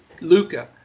Luca